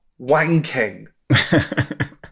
wanking